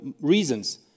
reasons